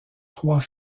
trois